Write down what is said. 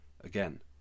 Again